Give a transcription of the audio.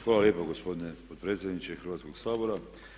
Hvala lijepa gospodine potpredsjedniče Hrvatskog sabora.